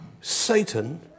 Satan